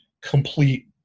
complete